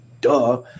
duh